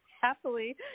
happily